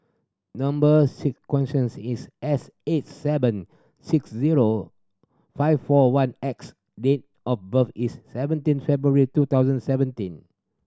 number sequence is S eight seven six zero five four one X date of birth is seventeen February two thousand seventeen